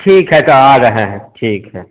ठीक है तो आ रहें हैं ठीक है